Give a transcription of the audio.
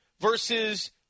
versus